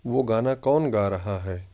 وہ گانا کون گا رہا ہے